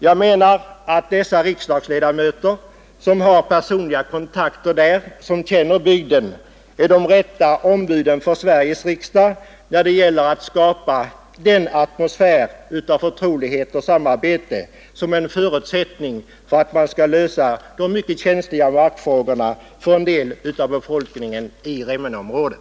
Jag menar att dessa riksdagsledamöter, som har personliga kontakter i orten och känner bygden, är de rätta ombuden för Sveriges riksdag när det gäller att skapa den atmosfär av förtrolighet och samarbete som är en förutsättning för att kunna lösa de mycket känsliga markfrågorna för en del av befolkningen i Remmeneområdet.